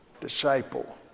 disciple